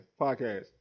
podcast